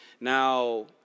Now